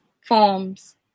forms